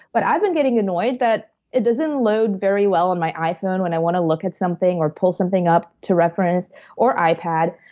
but i've been getting annoyed that it doesn't load very well on my iphone when i wanna look at something or pull something up to reference or ipad.